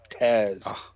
Taz